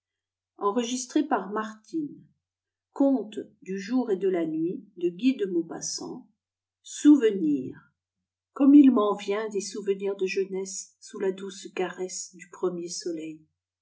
du jour et de la signature maufrgneuse comme il m'en vient des souvenirs de jeunesse sous la douce caresse du premier soleil